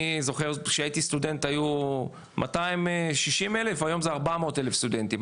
אני זוכר כשהייתי סטודנט היו 260,000 היום זה 400,000 סטודנטים.